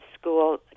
school